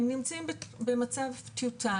הם נמצאים במצב טיוטה.